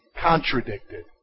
Contradicted